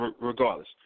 regardless